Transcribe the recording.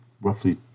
roughly